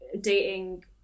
dating